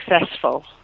successful